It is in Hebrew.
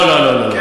לא, לא, לא, לא.